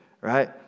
right